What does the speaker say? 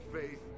faith